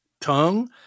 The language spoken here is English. tongue